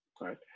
right